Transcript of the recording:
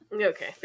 Okay